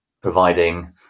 providing